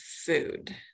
food